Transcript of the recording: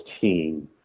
team